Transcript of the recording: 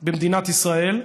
במדינת ישראל,